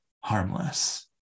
harmless